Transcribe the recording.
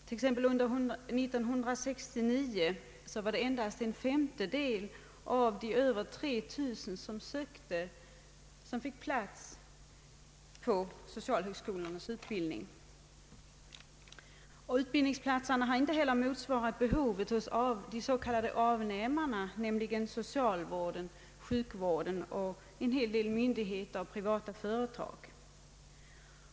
Under 1969 var det exempelvis endast en femtedel av de över 3000 sökande som fick plats vid socialhögskolornas utbildning. Utbildningsplatserna har inte heller motsvarat behovet hos de så kallade avnämarna, nämligen =<:socialvården, sjukvården och en hel del myndigheter samt privata företag.